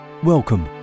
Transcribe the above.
Welcome